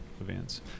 events